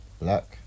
Black